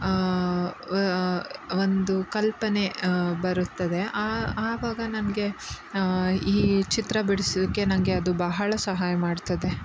ಒಂದು ಕಲ್ಪನೆ ಬರುತ್ತದೆ ಆವಾಗ ನನಗೆ ಈ ಚಿತ್ರ ಬಿಡ್ಸೋಕ್ಕೆ ನನಗೆ ಅದು ಬಹಳ ಸಹಾಯ ಮಾಡ್ತದೆ